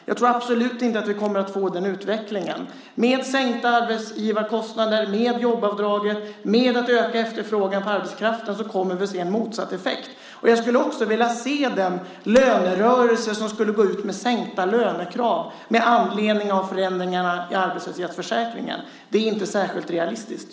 Jag tror absolut inte att vi kommer att få den utvecklingen. Med sänkta arbetsgivarkostnader, jobbavdrag och ökad efterfrågan på arbetskraft kommer vi att få motsatt effekt. Jag skulle vilja se den lönerörelse som går ut med sänkta lönekrav med anledning av förändringarna i arbetslöshetsförsäkringen. Det är inte särskilt realistiskt.